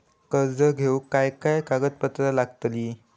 कर्ज घेऊक काय काय कागदपत्र लागतली?